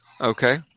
Okay